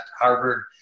Harvard